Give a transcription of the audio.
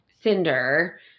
Cinder